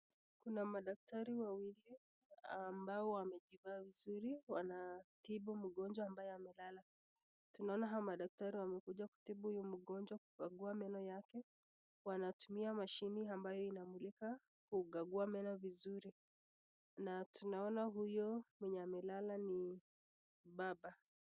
Kuna madaktari wawili ambao wamejivaa vizuri wanatibu mgonjwa ambaye amelala. Tunaona hawa madaktari wamekuja kutibu huyu mgonjwa, kukagua meno yake. Wanatumia mashini ambaye inamulika kukagua meno vizuri na tunaona huyo mwenye amelala ni baba.